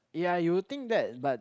ya you'll think that but